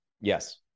Yes